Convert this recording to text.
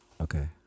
Okay